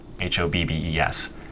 H-O-B-B-E-S